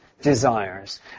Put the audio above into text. desires